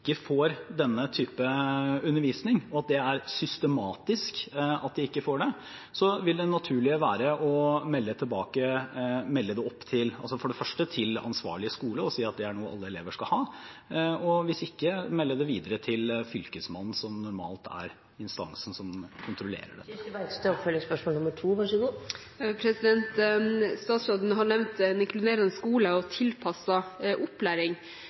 får denne type undervisning, og at det er systematisk at de ikke får det, så vil det naturlige være første å melde det opp til den ansvarlige skole og si at dette er noe som alle elever skal ha, og, hvis ikke, melde det videre til fylkesmannen, som normalt er instansen som kontrollerer dette. Statsråden har nevnt en inkluderende skole og tilpasset opplæring. Da er det interessant at professor Eva Simonsen hevder at den såkalte kunnskapsskolen har